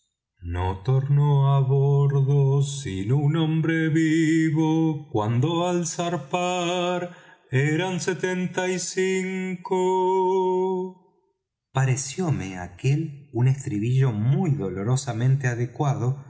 zarpar setenta y cinco parecióme aquel un estribillo muy dolorosamente adecuado